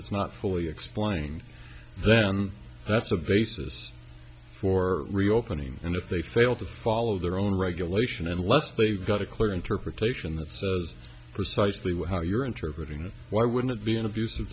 it's not fully explain then that's a basis for reopening and if they fail to follow their own regulation unless they've got a clear interpretation that's precisely what how you're interpreting why wouldn't it be an abus